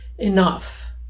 enough